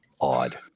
odd